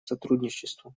сотрудничеству